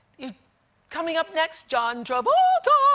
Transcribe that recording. coming up next john travolta